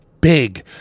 Big